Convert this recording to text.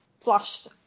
flashed